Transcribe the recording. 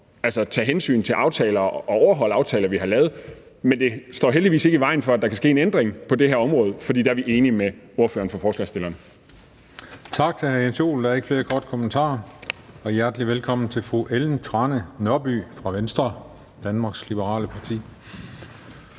tage hensyn til aftaler og for at overholde aftaler, vi har lavet, men det står heldigvis ikke i vejen for, at der kan ske en ændring på det her område, for der er vi enige med ordføreren for forslagsstillerne. Kl. 15:04 Den fg. formand (Christian Juhl): Tak til hr. Jens Joel, der er ikke flere korte bemærkninger, og hjertelig velkommen til fru Ellen Trane Nørby fra Venstre, Danmarks Liberale Parti.